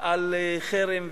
על חרם,